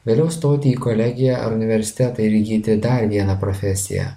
vėliau stoti į kolegiją ar universitetą ir įgyti dar vieną profesiją